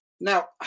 Now